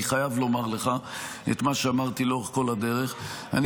אני חייב לומר לך את מה שאמרתי לאורך כל הדרך: אני